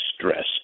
stressed